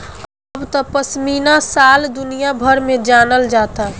अब त पश्मीना शाल दुनिया भर में जानल जाता